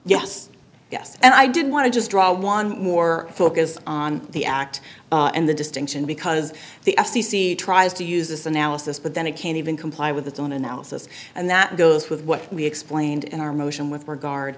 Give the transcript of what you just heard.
yes yes and i didn't want to just draw one more focus on the act and the distinction because the f c c tries to use this analysis but then it can't even comply with its own analysis and that goes with what we explained in our motion with regard